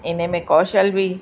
इन में कौशल बि